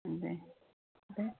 उम दे दे ओमफाय